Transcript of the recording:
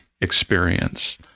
experience